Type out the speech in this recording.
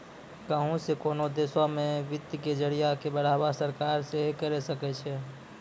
कहुं से कोनो देशो मे वित्त के जरिया के बढ़ावा सरकार सेहे करे सकै छै